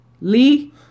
Lee